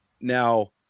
now